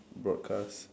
broadcast